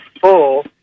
full